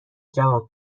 جواب